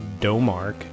Domark